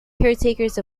caretakers